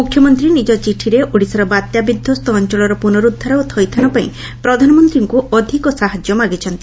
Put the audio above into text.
ମୁଖ୍ୟମନ୍ତୀ ନିଜ ଚିଠିରେ ଓଡ଼ିଶାର ବାତ୍ୟା ବିଧ୍ୱସ୍ତ ଅଞ୍ଞଳର ପୁନରୁଦ୍ଦାର ଓ ଥଇଥାନ ପାଇଁ ପ୍ରଧାନମନ୍ତୀଙ୍କୁ ଅଧିକ ସାହାଯ୍ୟ ମାଗିଛନ୍ତି